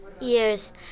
years